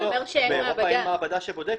באירופה אין מעבדה שבודקת.